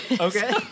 Okay